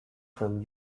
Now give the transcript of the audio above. from